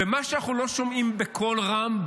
ומה שאנחנו לא שומעים בקול רם,